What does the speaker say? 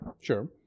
Sure